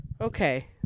Okay